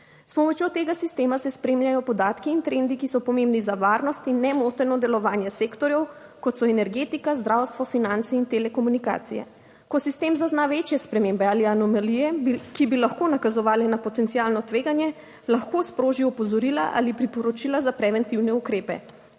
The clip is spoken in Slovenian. S pomočjo tega sistema se spremljajo podatki in trendi, ki so pomembni za varnost in nemoteno delovanje sektorjev, kot so energetika, zdravstvo, finance in telekomunikacije. Ko sistem zazna večje spremembe ali anomalije, ki bi lahko nakazovale na potencialno tveganje, lahko sproži opozorila ali priporočila za preventivne ukrepe.